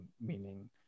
meaning